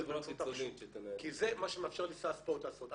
כי זה מה שמאפשר לי סל הספורט לעשות.